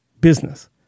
business